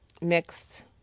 mixed